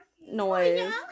noise